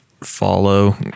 follow